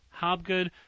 Hobgood